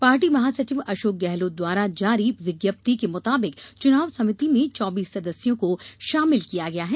party महासचिव अशोक गहलोत द्वारा जारी विज्ञप्ति के मुताबिक चुनाव समिति में चौबीस सदस्यों को शामिल किया गया है